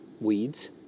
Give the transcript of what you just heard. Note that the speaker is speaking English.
weeds